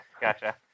Gotcha